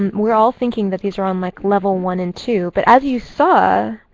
um we're all thinking that these are on like level one and two. but as you saw,